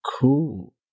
Cool